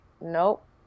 Nope